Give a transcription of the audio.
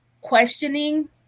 questioning